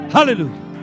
Hallelujah